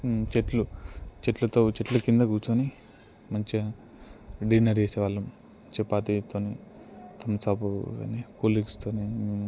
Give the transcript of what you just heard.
చెట్లు చెట్లతో చెట్ల కింద కూర్చొని మంచిగా డిన్నర్ చేసేవాళ్ళు చపాతీతోని థమ్సప్ అవన్నీ కూల్ డ్రింక్సు తోనీ